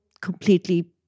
completely